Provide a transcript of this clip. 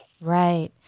Right